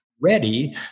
ready